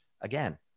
again